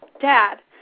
dad